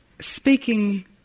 speaking